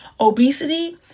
obesity